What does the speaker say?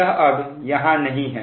यह अब यहां नहीं है